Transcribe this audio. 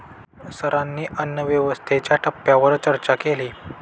सरांनी अन्नव्यवस्थेच्या टप्प्यांवर चर्चा केली